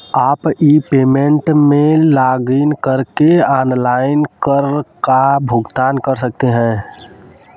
आप e payment में login करके ऑनलाइन कर का भुगतान कर सकते हैं